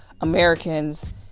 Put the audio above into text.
Americans